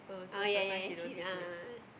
oh ya ya actually ah